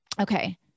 Okay